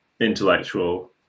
intellectual